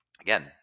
again